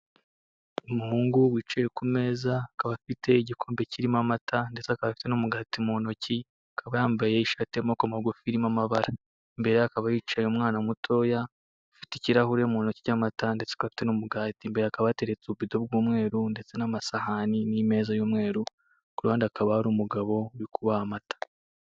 Umuhungu wicaye ku meza, akaba afite igikombe kirimo amata, ndetse akaba afite n'umugati mu ntoki. Akaba yambaye ishati y'amaboko magufi irimo amabara. Imbere ye hakaba hicaye umwana mutoya ufite ikirahure mu ntoki cy'amata, ndetse akaba afite n'umugati. Imbere hakaba hateretse ububido bw'umweru, ndetse n'amasahani, n'imeza y'umweru. Ku ruhande hakaba hari umugabo uri kubaha amata.